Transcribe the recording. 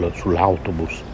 sull'autobus